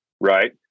Right